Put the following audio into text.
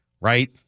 right